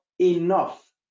enough